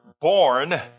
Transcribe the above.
born